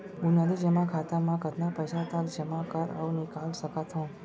बुनियादी जेमा खाता म कतना पइसा तक जेमा कर अऊ निकाल सकत हो मैं?